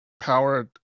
power